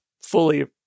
fully